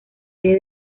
sede